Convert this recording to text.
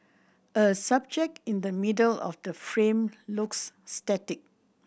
a subject in the middle of the frame looks static